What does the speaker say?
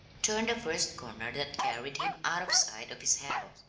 turned the first corner that carried him out of sight of his house.